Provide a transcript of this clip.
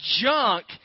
junk